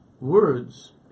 words